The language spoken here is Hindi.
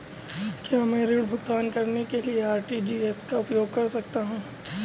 क्या मैं ऋण भुगतान के लिए आर.टी.जी.एस का उपयोग कर सकता हूँ?